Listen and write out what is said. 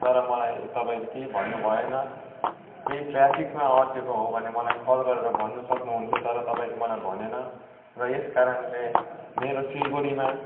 तर मलाई तपाईँले केही भन्नु भएन केही ट्राफिकमा अड्केको हो भने मलाई कल गरेर भन्न सक्नु हुन्थ्यो तर तपाईँले मलाई भनेन र यसकारणले मेरो सिलगढीमा